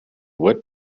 what